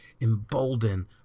embolden